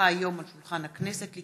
הונחה היום על שולחן הכנסת,